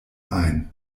ein